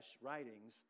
writings